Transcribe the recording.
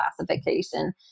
classification